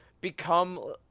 become